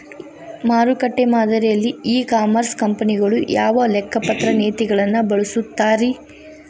ಮಾರುಕಟ್ಟೆ ಮಾದರಿಯಲ್ಲಿ e commerce ಕಂಪನಿಗಳು ಯಾವ ಲೆಕ್ಕಪತ್ರ ನೇತಿಗಳನ್ನ ಬಳಸುತ್ತಾರಿ?